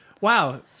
Wow